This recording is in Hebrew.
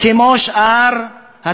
מה זה עסל